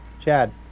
chad